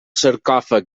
sarcòfag